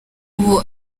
ubu